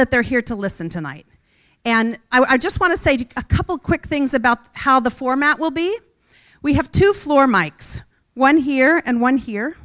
that they're here to listen tonight and i just want to say to a couple quick things about how the format will be we have to floor mike's one here and one here